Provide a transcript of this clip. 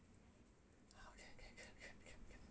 ah okay okay okay okay okay